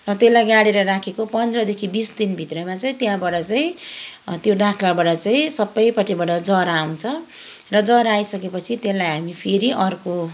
र त्यसलाई गाडेर राखेको पन्ध्रदेखि बिस दिनभित्रमा चाहिँ त्यहाँबाट चाहिँ त्यो डाँख्लाबाट चाहिँ सबैपट्टिबाट जरा आउँछ र जरा आइसकेपछि त्यसलाई हामी फेरि अर्को